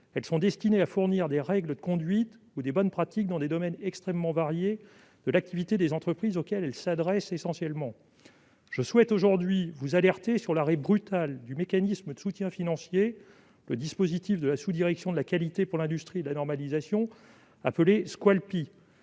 normes sont destinées à fournir des règles de conduite ou des bonnes pratiques dans des domaines extrêmement variés de l'activité des entreprises auxquelles elles s'adressent essentiellement. Je souhaite aujourd'hui vous alerter sur l'arrêt brutal du mécanisme de soutien financier destiné aux PME s'impliquant dans la normalisation et mis en